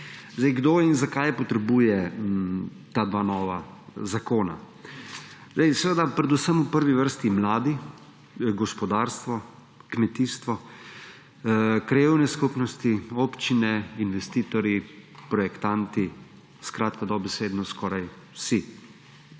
Kdo in zakaj potrebuje ta dva nova zakona? Predvsem v prvi vrsti mladi, gospodarstvo, kmetijstvo, krajevne skupnosti, občine, investitorji, projektanti; skratka dobesedno skoraj vsi.